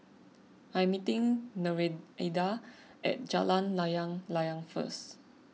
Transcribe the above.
I am meeting Nereida at Jalan Layang Layang first